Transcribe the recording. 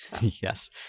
Yes